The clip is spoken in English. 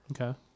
Okay